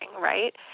Right